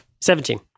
Seventeen